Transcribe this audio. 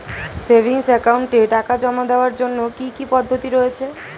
Savings একাউন্টে টাকা জমা দেওয়ার জন্য কি কি পদ্ধতি রয়েছে?